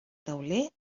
tauler